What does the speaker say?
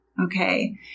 Okay